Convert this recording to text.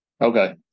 Okay